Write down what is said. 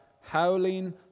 howling